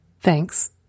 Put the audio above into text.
Thanks